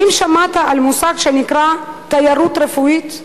האם שמעת על מושג שנקרא תיירות רפואית?